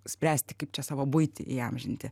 spręsti kaip čia savo buitį įamžinti